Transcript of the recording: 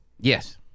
Yes